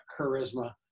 charisma